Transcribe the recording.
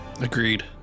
Agreed